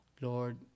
Lord